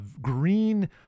green